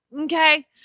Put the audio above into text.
Okay